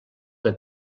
que